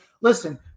listen –